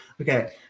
Okay